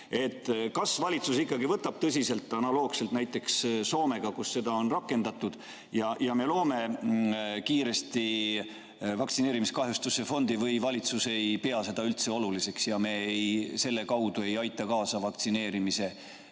Kas valitsus ikkagi võtab seda tõsiselt – analoogselt näiteks Soomega, kus seda on rakendatud – ja me loome kiiresti vaktsineerimiskahjustuste fondi või valitsus ei pea seda üldse oluliseks ja me selle kaudu ei aita kaasa vaktsineerimise